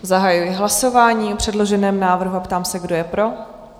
Zahajuji hlasování o předloženém návrhu a ptám se, kdo je pro?